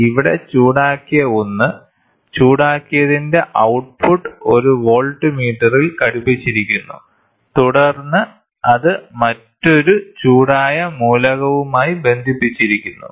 അതിനാൽ ഇവിടെ ചൂടാക്കിയ ഒന്ന് ചൂടാക്കിയതിന്റെ ഔട്ട്പുട്ട് ഒരു വോൾട്ട്മീറ്ററിൽ ഘടിപ്പിച്ചിരിക്കുന്നു തുടർന്ന് അത് മറ്റൊരു ചൂടായ മൂലകവുമായി ബന്ധിപ്പിച്ചിരിക്കുന്നു